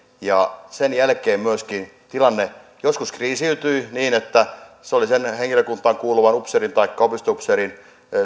ja sen jälkeen tilanne joskus myöskin kriisiytyi niin että sen henkilökuntaan kuuluvan upseerin taikka opistoupseerin